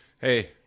Hey